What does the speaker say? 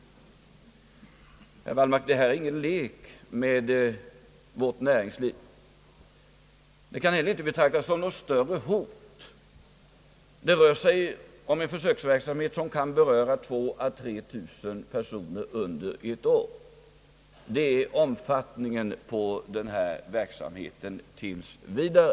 Detta är, herr Wallmark, ingen lek med vårt näringsliv. Det kan heller inte betraktas som något större hot. Det rör sig om en försöksverksamhet för 2000—3 000 personer under ett år. Det är omfattningen av denna verksamhet tills vidare.